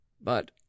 But